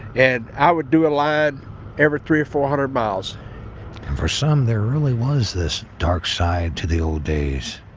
and i would do a line every three, four-hundred miles. and for some there really was this dark side to the old days